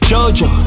Jojo